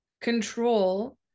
control